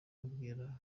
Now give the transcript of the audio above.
ababwira